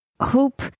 hope